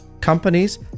companies